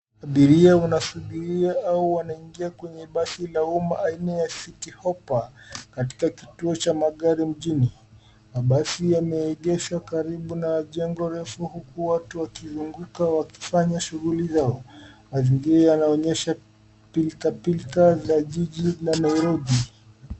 Abiria wanasubiria au wanaingia kqenye basi la umma aina ya Citihoppa katika kituo cha magari mjini. Mabasi yameegeshwa karibu na jengo refu huku watu wakizunguka wakifanya shughuli. Mazingira yanaonyesha pilkapilka cha jiji la Nairobi.